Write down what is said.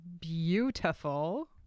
beautiful